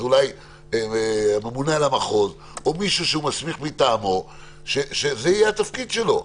אז אולי הממונה על המחוז או מישהו שהוא מסמיך מטעמו שזה יהיה תפקידו.